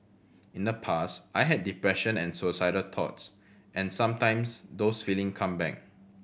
in the past I had depression and suicidal thoughts and sometimes those feeling come back